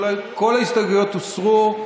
כל ההסתייגויות הוסרו,